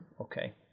okay